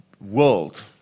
world